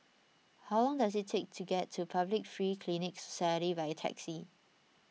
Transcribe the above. how long does it take to get to Public Free Clinic Society by taxi